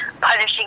punishing